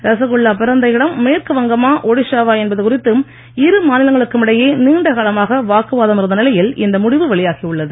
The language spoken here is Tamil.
ரசகுல்லா பிறந்த இடம் மேற்கு வங்கமா ஒடிஷாவா என்பது குறித்து இரு மாநிலங்களுக்கும் இடையே நீண்ட காலமாக வாக்குவாதம் இருந்த நிலையில் இந்த முடிவு வெளியாகி உள்ளது